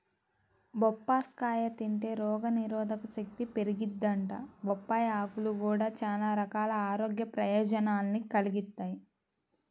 బొప్పాస్కాయ తింటే రోగనిరోధకశక్తి పెరిగిద్దంట, బొప్పాయ్ ఆకులు గూడా చానా రకాల ఆరోగ్య ప్రయోజనాల్ని కలిగిత్తయ్